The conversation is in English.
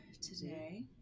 today